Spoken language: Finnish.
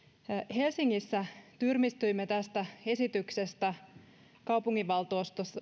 helsingissä tyrmistyimme tästä esityksestä kaupunginvaltuustossa